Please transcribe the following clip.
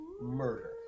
murder